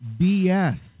BS